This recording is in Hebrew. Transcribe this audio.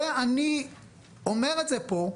אני אומר את זה פה,